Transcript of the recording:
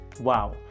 Wow